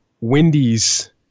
Wendy's